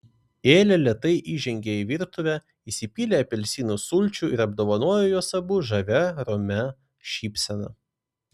elė lėtai įžengė į virtuvę įsipylė apelsinų sulčių ir apdovanojo juos abu žavia romia šypsena